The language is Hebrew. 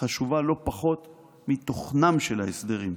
חשובה לא פחות מתוכנם של ההסדרים".